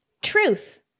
Truth